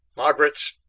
margaret,